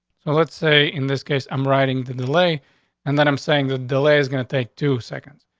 so let's say in this case i'm riding the delay and that i'm saying that delay is gonna take two seconds.